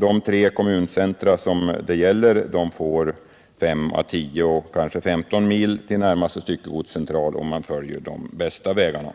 De tre kommuncentra det gäller får 5 å 10 eller kanske 15 mil till närmaste styckegodscentral om man väljer de bästa landsvägarna.